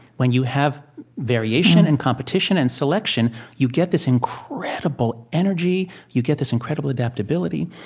when you have variation and competition and selection, you get this incredible energy, you get this incredible adaptability.